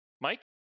Mike